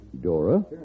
Dora